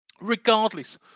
regardless